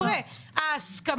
רגע, חבר'ה, ההסכמה,